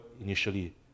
initially